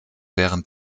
während